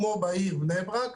כמו בעיר בני ברק,